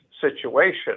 situation